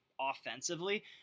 offensively